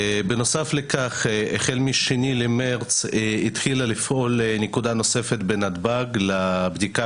בנוסף לכך החל מ-2 במרץ התחילה לפעול נקודה נוספת בנתב"ג לבדיקה